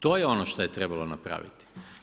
To je ono što je trebalo napraviti.